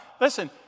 Listen